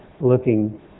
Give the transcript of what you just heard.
looking